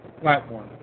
Platform